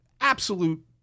absolute